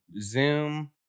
zoom